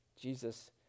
Jesus